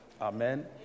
Amen